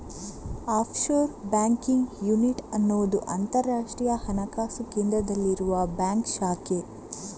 offshore banking unit ಅನ್ನುದು ಅಂತರಾಷ್ಟ್ರೀಯ ಹಣಕಾಸು ಕೇಂದ್ರದಲ್ಲಿರುವ ಬ್ಯಾಂಕ್ ಶಾಖೆ